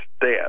death